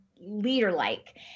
leader-like